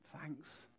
thanks